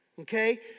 Okay